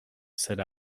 said